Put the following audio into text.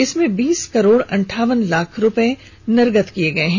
इसमें बीस करोड़ अंठावन लाख रुपए निर्गत किए गए हैं